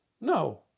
No